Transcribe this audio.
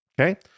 Okay